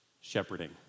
shepherding